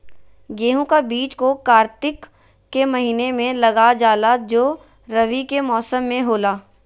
गेहूं का बीज को कार्तिक के महीना में लगा जाला जो रवि के मौसम में होला